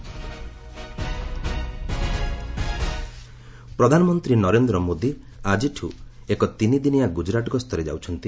PM Gujarat ପ୍ରଧାନମନ୍ତ୍ରୀ ନରେନ୍ଦ୍ର ମୋଦି ଆକିଠୁ ଏକ ତିନି ଦିନିଆ ଗୁଜରାଟ ଗସ୍ତରେ ଯାଉଛନ୍ତି